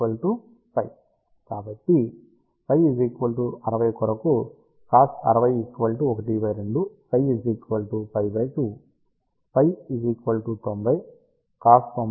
కాబట్టి 60 కొరకు cos 60 12 ψ π 2 90 cos 90 0 ψ 0